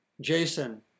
Jason